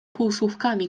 półsłówkami